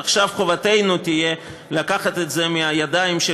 עכשיו חובתנו תהיה לקחת את זה מהידיים של